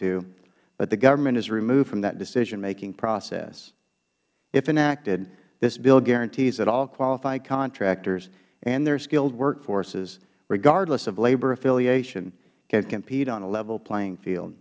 to but the government is removed from that decisionmaking process if enacted this bill guarantees that all qualified contractors and their skilled workforces regardless of labor affiliation can compete on a level playing field